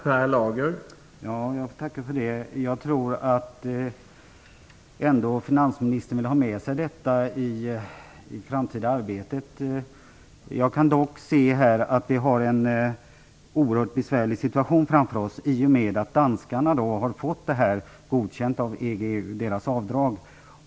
Herr talman! Jag får tacka för det. Jag tror ändå att finansministern vill ha med sig detta i det framtida arbetet. Jag kan dock se att vi har en oerhört svår situation framför oss i och med att danskarna har fått avdraget godkänt av EU.